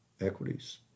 Equities